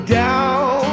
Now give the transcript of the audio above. down